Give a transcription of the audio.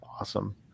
awesome